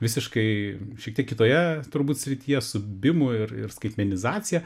visiškai šiek tiek kitoje turbūt srityje su bimu ir ir skaitmenizacija